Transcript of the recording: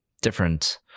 different